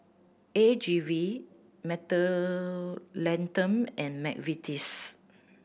A G V Mentholatum and McVitie's